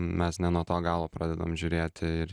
mes ne nuo to galo pradedam žiūrėti ir